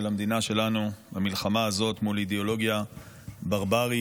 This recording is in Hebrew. המדינה שלנו במלחמה הזאת מול אידיאולוגיה ברברית,